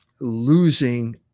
losing